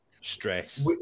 Stress